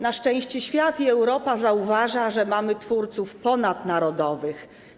Na szczęście świat i Europa zauważają, że mamy twórców ponadnarodowych.